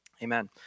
Amen